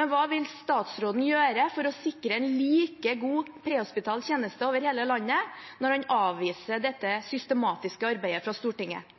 Hva vil statsråden gjøre for å sikre en like god prehospital tjeneste over hele landet, når han avviser dette systematiske arbeidet fra Stortinget?